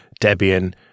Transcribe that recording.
Debian